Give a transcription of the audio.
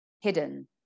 hidden